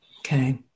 Okay